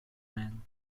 men